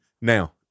now